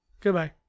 Goodbye